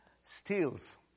steals